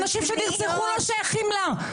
אנשים שנרצחו לא שייכים לה.